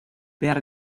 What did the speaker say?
behar